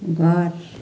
घर